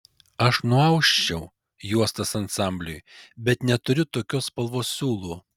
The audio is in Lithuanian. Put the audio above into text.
aš nuausčiau juostas ansambliui bet neturiu tokios spalvos siūlų